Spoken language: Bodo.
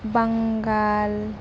बांगाल